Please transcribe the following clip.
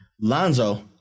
Lonzo